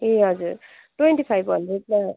ए हजुर twenty five हन्ड्रेडमा